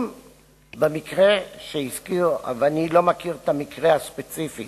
אם במקרה שהזכיר, ואני לא מכיר את המקרה הספציפי